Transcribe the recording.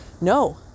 no